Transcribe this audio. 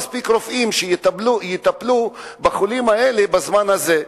מספיק רופאים שיטפלו בחולים האלה בזמן הזה.